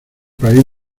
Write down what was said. país